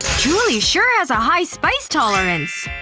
julie sure has a high spice tolerance!